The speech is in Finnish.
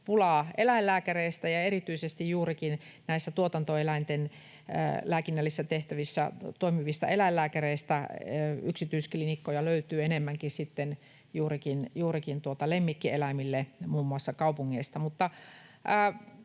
pulaa eläinlääkäreistä, erityisesti juurikin tuotantoeläinten lääkinnällisissä tehtävissä toimivista eläinlääkäreistä. Yksityisklinikkoja löytyy enemmänkin sitten juurikin lemmikkieläimille muun muassa kaupungeista.